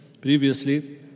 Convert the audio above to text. previously